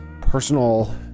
personal